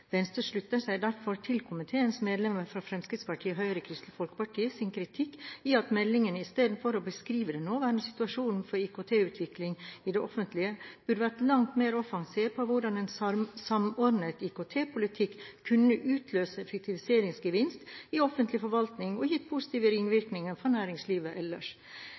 Venstre slutter seg derfor til komiteens medlemmer fra Fremskrittspartiet, Høyre og Kristelig Folkepartis kritikk av at meldingen i stedet for å beskrive den nåværende situasjon for IKT-utvikling i det offentlige, burde vært langt mer offensiv på hvordan en samordnet IKT-politikk kunne utløst effektiviseringsgevinst i offentlig forvaltning og gitt positive ringvirkninger for næringslivet ellers.